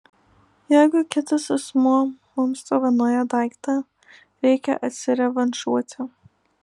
jeigu kitas asmuo mums dovanojo daiktą reikia atsirevanšuoti